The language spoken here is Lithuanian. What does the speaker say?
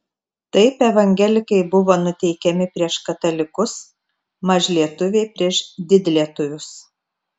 taip evangelikai buvo nuteikiami prieš katalikus mažlietuviai prieš didlietuvius